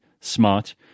smart